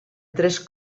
tres